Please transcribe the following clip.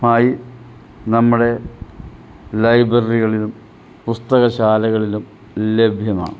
മായി നമ്മുടെ ലൈബ്രറികളിലും പുസ്തക ശാലകളിലും ലഭ്യമാണ്